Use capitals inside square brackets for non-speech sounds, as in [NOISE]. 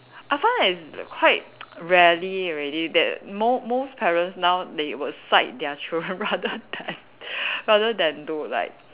I find that it's quite [NOISE] rarely already that mo~ most parents now they will side their children [LAUGHS] rather [LAUGHS] than rather than to like